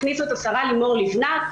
הכניסו את השרה לימור לבנת.